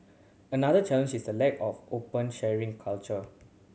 another challenge is the lack of open sharing culture